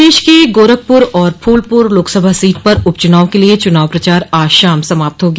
प्रदेश की गोरखपुर और फूलपुर लोकसभा सीट पर उपचुनाव के लिए चुनाव प्रचार आज शाम समाप्त हो गया